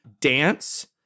dance